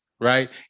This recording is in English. right